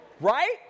Right